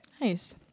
Nice